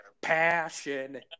passion